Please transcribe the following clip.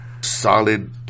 Solid